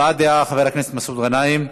הבעת דעה, חבר הכנסת מסעוד גנאים.